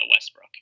Westbrook